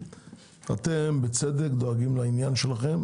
אתם, בצדק, דואגים לעניין שלכם.